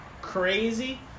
crazy